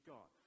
God